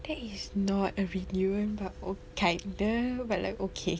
that is not a reunion but okay kinda like okay